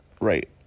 right